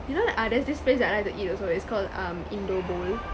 you know ah there's this place I like to eat also it's called um indobowl